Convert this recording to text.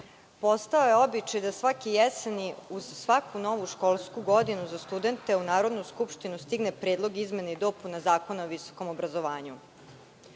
postao je običaj da svake jeseni, uz svaku novu školsku godinu za studente, u Narodnu skupštinu stigne predlog izmena i dopuna Zakona o visokom obrazovanju.